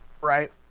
right